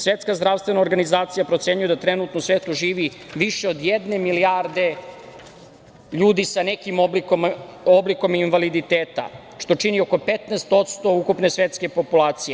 Svetska zdravstvena organizacija procenjuje da trenutno u svetu živi više od jedne milijarde ljudi sa nekim oblikom invaliditeta, što čini oko 15% ukupne svetske populacije.